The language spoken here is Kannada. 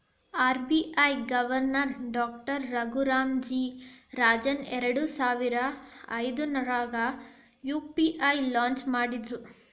RBI governor doctor Raghuram G Rajan ಎರಡಸಾವಿರ ಹದ್ನಾರಾಗ ಯು.ಪಿ.ಐ ಲಾಂಚ್ ಮಾಡಿದ್ರು